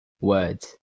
words